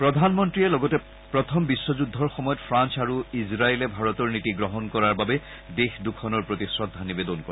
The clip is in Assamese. প্ৰধানমন্ত্ৰীয়ে লগতে প্ৰথম বিশ্বযুদ্ধৰ সময়ত ফ্ৰান্স আৰু ইজৰাইলে ভাৰতৰ নীতি গ্ৰহণ কৰাৰ বাবে দেশ দুখনৰ প্ৰতি শ্ৰদ্ধা নিবেদন কৰে